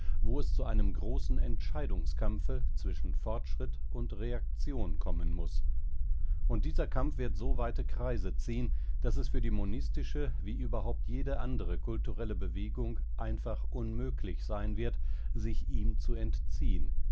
wo es zu einem großen entscheidungskampfe zwischen fortschritt und reaktion kommen muß und dieser kampf wird so weite kreise ziehen daß es für die monistische wie überhaupt jede andere kulturelle bewegung einfach unmöglich sein wird sich ihm zu entziehen